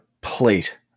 plate